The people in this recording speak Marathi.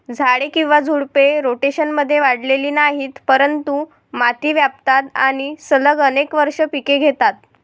झाडे किंवा झुडपे, रोटेशनमध्ये वाढलेली नाहीत, परंतु माती व्यापतात आणि सलग अनेक वर्षे पिके घेतात